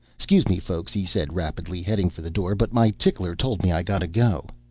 scuse me, folks, he said rapidly, heading for the door, but my tickler told me i gotta go.